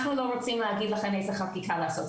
אנחנו לא רוצים להגיד לכם איזה חקיקה לעשות,